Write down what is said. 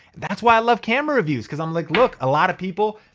that's why i love camera views cause i'm like, look, a lot of people,